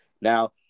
Now